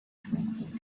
sneak